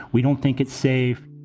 we don't think it's safe